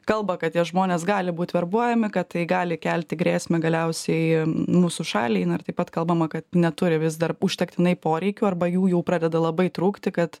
kalba kad tie žmonės gali būt verbuojami kad tai gali kelti grėsmę galiausiai mūsų šaliai na ir taip pat kalbama kad neturi vis dar užtektinai poreikių arba jų jau pradeda labai trūkti kad